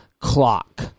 clock